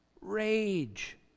rage